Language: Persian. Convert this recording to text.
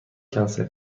کنسل